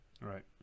Right